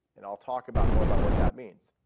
and i'll talk about more about what that means.